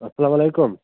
اَسلامُ علیکُم